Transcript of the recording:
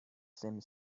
seemed